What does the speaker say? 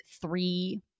three